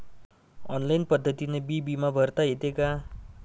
Online पद्धतीनं बी बिमा भरता येते का?